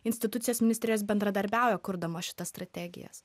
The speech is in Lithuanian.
institucijos ministerijos bendradarbiauja kurdamos šitas strategijas